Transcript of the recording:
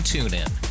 TuneIn